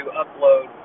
upload